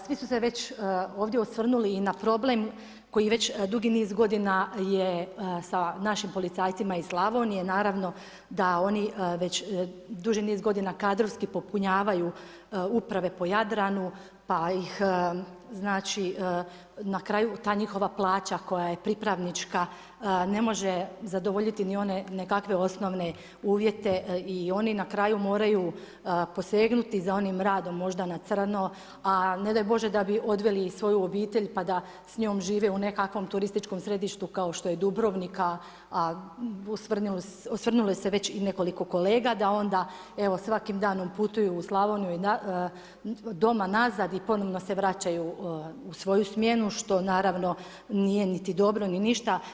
Svi su već ovdje osvrnuli i na problem koji je već dugi niz godina sa našim policajcima iz Slavonije, naravno, da oni već duži niz godina kadrovski popunjavaju uprave po Jadranu pa ih na kraju, ta njihova plaća koja je pripravnička, ne može zadovoljiti ni one nikakve osnovne uvjete, i oni na kraju moraju posegnuti za onim radom možda na crno a ne daj bože da bi odveli i svoju obitelj pa da s njom žive u nekakvom turističkom središtu kao što je Dubrovnik, a osvrnuli se već i nekoliko kolega, da onda evo svakim danom putuju u Slavoniju i doma nazad i ponovno se vraćaju u svoju smjenu što naravno nije niti dobro niti ništa.